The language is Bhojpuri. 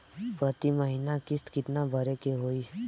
प्रति महीना किस्त कितना भरे के होई?